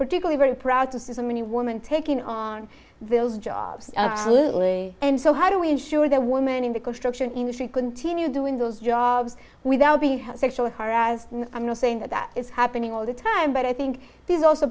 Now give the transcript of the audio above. particular very proud to see so many women taking on those jobs and so how do we ensure that woman in the construction industry continue doing those jobs without being sexually harassed i'm not saying that that is happening all the time but i think there's also